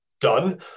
done